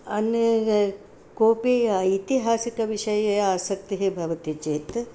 अन्य कस्यापि ऐतिहासिकविषये आसक्तिः भवति चेत्